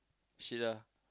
shit lah